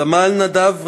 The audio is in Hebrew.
סמל נדב ריימונד,